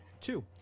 two